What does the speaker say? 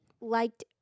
liked